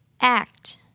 Act